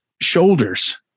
shoulders